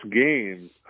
games